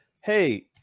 Hey